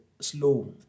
slow